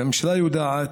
והממשלה יודעת.